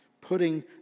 Putting